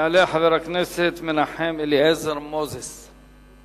יעלה חבר הכנסת מנחם אליעזר מוזס.